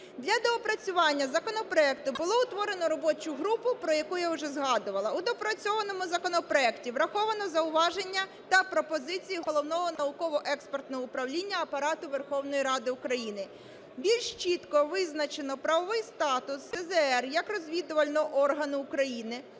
Для доопрацювання законопроекту було утворено робочу групу, про яку я вже згадувала. У доопрацьованому законопроекті враховано зауваження та пропозиції Головного науково-експертного управління Апарату Верховної Ради України. Більш чітко визначено правовий статус СЗР як розвідувального органу України